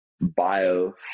bio